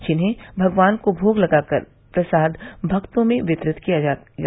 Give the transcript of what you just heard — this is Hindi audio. जिन्हें भगवान भोग लगाकर प्रसाद भक्तों में वितरित किया जायेगा